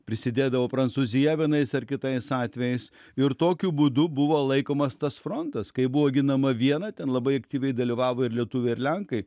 prisidėdavo prancūzija vienais ar kitais atvejais ir tokiu būdu buvo laikomas tas frontas kai buvo ginama viena ten labai aktyviai dalyvavo ir lietuviai ir lenkai